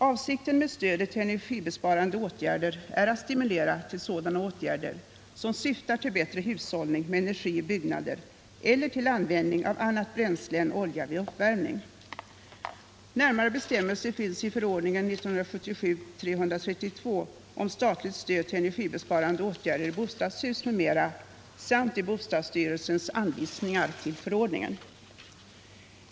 Avsikten med stödet till energibesparande åtgärder är att stimulera till sådana åtgärder som syftar till bättre hushållning med energi i byggnader eller till användning av annat bränsle än olja vid uppvärmning. Närmare bestämmelser finns i förordningen om statligt stöd till energibesparande åtgärder i bostadshus m.m. samt i bostadsstyrelsens anvisningar till förordningen.